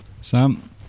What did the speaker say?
Sam